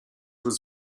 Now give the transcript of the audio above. his